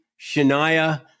Shania